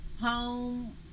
home